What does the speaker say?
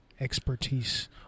Expertise